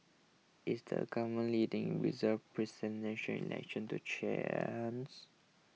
is the govt leading reserved Election to chance